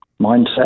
mindset